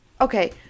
Okay